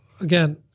again